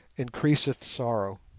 increaseth sorrow